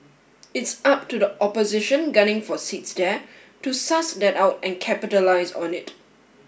it's up to the opposition gunning for seats there to suss that out and capitalise on it